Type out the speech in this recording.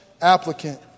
applicant